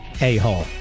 a-hole